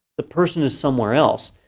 the person is somewhere else.